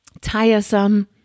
tiresome